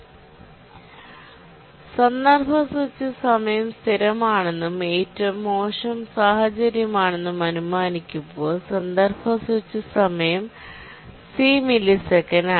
context switch സമയം സ്ഥിരമാണെന്നും ഏറ്റവും മോശം സാഹചര്യമാണെന്നും അനുമാനിക്കുമ്പോൾ കോണ്ടെസ്റ് സ്വിച്ച് സമയം സി മില്ലിസെക്കൻഡാണ്